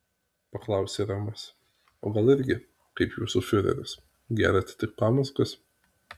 paklausė remas o gal irgi kaip jūsų fiureris geriate tik pamazgas